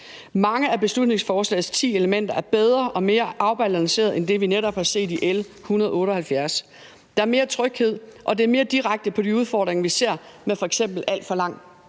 Mange af beslutningsforslagets ti elementer er bedre og mere afbalancerede end det, vi netop har set i L 178. Der er mere tryghed, og det er mere direkte på de udfordringer, vi ser, med f.eks. alt for lang